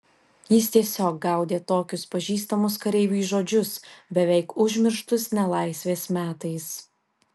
jis tiesiog gaudė tokius pažįstamus kareiviui žodžius beveik užmirštus nelaisvės metais